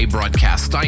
Broadcast